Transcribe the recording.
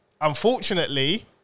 Unfortunately